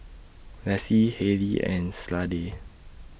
Lassie Hayley and Slade